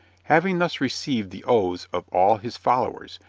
having thus received the oaths of all his followers,